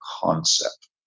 concept